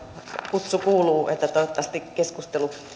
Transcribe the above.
kutsu kuuluu että toivottavasti keskustelu